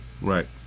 Right